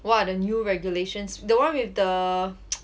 what are the new regulations the one with the